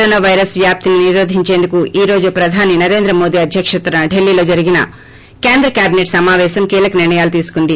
corona virus వ్యాప్తిని నిరోధించేందుకు ఈ రోజు ప్రధాని నరేంద్ర మోదీ అధ్యక్షతన ఢిల్లీలో జరిగిన కేంద్ర కేబినెట్ సమాపేశం కీలక నిర్ణయాలు తీసుకుంది